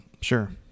Sure